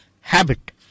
habit